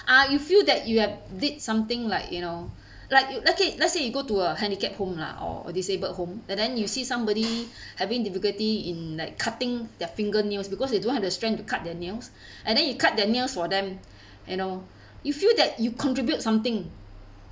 ah you feel that you have did something like you know like you like it let's say you go to a handicap home lah or disabled home and then you see somebody having difficulty in like cutting their fingernails because they don't have the strength to cut their nails and then you cut their nails for them you know you feel that you contribute something